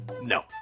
No